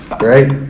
right